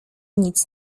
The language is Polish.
nic